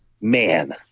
Man